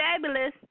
fabulous